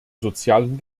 sozialen